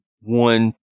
one